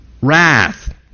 wrath